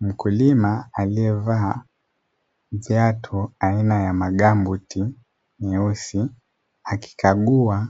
Mkulima aliyevaa kiatu aina ya magamboti nyeusi, akikagua